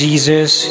Jesus